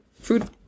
food